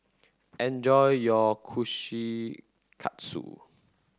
enjoy your Kushikatsu